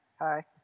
Hi